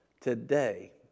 today